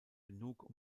genug